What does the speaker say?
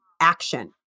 action